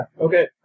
Okay